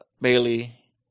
Bailey